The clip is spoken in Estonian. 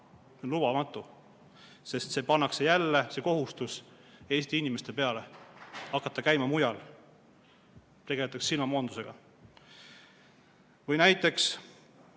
lubamatu, sest pannakse jälle kohustus Eesti inimestele hakata käima mujal. Tegeletakse silmamoondusega. Või näiteks